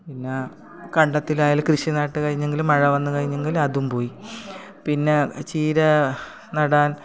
പിന്നെ കണ്ടത്തിലായാലും കൃഷി നട്ട് കഴിഞ്ഞെങ്കിൽ മഴ വന്ന് കഴിഞ്ഞെങ്കിൽ അതും പോയി പിന്നെ ചീര നടാൻ